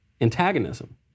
antagonism